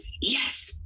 yes